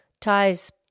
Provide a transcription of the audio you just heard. ties